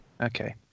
Okay